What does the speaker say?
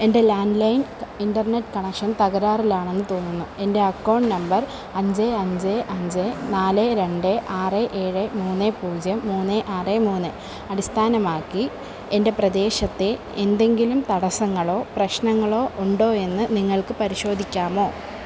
എൻ്റെ landline internet connection തകരാറിലാണെന്ന് തോന്നുന്നു എൻ്റെ അക്കൗണ്ട് നമ്പർ അഞ്ച് അഞ്ച് അഞ്ച് നാല് രണ്ട് ആറ് ഏഴ് മൂന്ന് പൂജ്യം മൂന്ന് ആറ് മൂന്ന് അടിസ്ഥാനമാക്കി എൻ്റെ പ്രദേശത്തെ എന്തെങ്കിലും തടസ്സങ്ങളോ പ്രശ്നങ്ങളോ ഉണ്ടോ എന്ന് നിങ്ങൾക്ക് പരിശോധിക്കാമോ